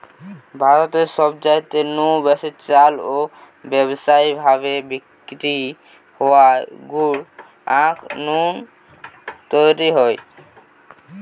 ভারতে সবচাইতে নু বেশি চালু ও ব্যাবসায়ী ভাবি বিক্রি হওয়া গুড় আখ নু তৈরি হয়